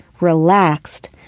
relaxed